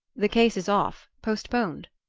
the case is off postponed.